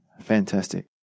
Fantastic